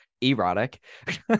erotic